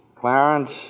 Clarence